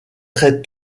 très